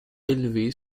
élevé